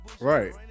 Right